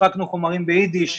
הפקנו חומרים באידיש,